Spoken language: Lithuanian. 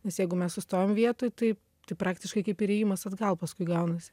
nes jeigu mes sustojam vietoj tai tai praktiškai kaip ir ėjimas atgal paskui gaunasi